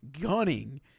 gunning